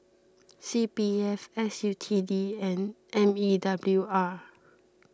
C P F S U T D and M E W R